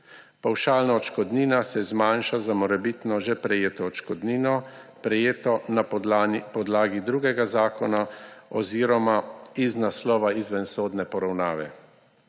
Pavšalna odškodnina se zmanjša za morebitno že prejeto odškodnino, prejeto na podlagi drugega zakona oziroma iz naslova izvensodne poravnave.